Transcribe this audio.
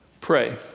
Pray